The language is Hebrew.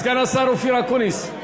סגן השר אופיר אקוניס,